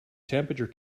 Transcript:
temperature